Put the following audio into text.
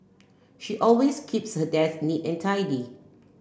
she always keeps her desk neat and tidy